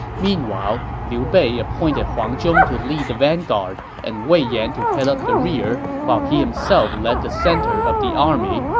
meanwhile, liu bei appointed huang zhong to lead the vanguard and wei yan to head up the rear, while he himself led the center of his army,